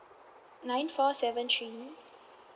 nine four seven three